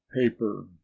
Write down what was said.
paper